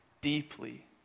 deeply